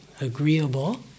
agreeable